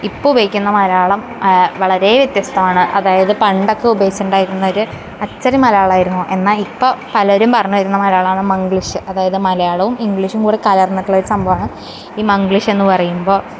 ഇപ്പോൾ ഉപയോഗിക്കുന്ന മലയാളം വളരെ വ്യത്യസ്തവാണ് അതായത് പണ്ടൊക്കെ ഉപയോഗിച്ചിണ്ടായിരുന്നൊരു അച്ചടി മലയാളായിരുന്നു എന്നാൽ ഇപ്പോൾ പലരും പറഞ്ഞ് വരുന്ന മലയാളമാണ് മംഗ്ലീഷ് അതായത് മലയാളോം ഇംഗ്ലീഷും കൂടി കലർന്നിട്ടുള്ളൊരു സംഭവമാണ് ഈ മംഗ്ലീഷെന്ന് പറയുമ്പോൾ